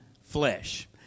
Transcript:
flesh